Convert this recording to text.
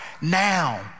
now